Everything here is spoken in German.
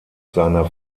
seiner